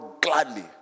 gladly